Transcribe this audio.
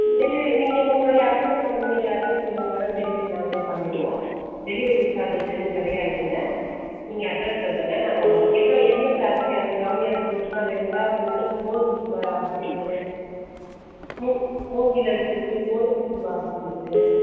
delivery நீங்கள் உங்களுடைய address உங்களுடைய அட்ரஸ் சொல்லுங்கள் மேடம் டெலிவரி நாங்களே பண்ணிருவோம் டெலிவரி சார்ஜஸ் எதுவும் கிடையாதுங்க நீங்கள் அட்ரஸ் சொல்லுங்கள் நாங்கள் உங்களுக்கு எவ்வளோ எந்தெந்த அரிசி அந்த கவுனி அரிசி மட்டும் தான் வேணுங்களா இன்னும் கோதுமை சம்பா அரிசி இருக்கு மூ மூங்கில் அரிசி இருக்கு கோதுமை சம்பா அரிசி இருக்கு